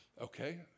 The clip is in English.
Okay